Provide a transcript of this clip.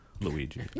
Luigi